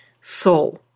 soul